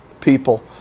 people